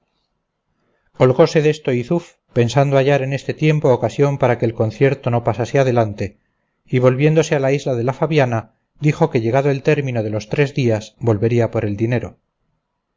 el rescate holgóse desto yzuf pensando hallar en este tiempo ocasión para que el concierto no pasase adelante y volviéndose a la isla de la fabiana dijo que llegado el término de los tres días volvería por el dinero